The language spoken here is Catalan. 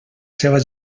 seva